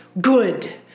good